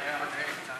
ההצעה להעביר את הצעת